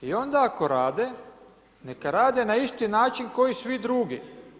I onda ako rade, neka rade na isti način ko i svi drugi.